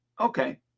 Okay